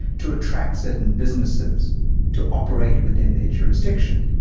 to attract certain businesses to operate within their jurisdiction.